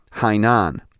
Hainan